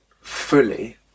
fully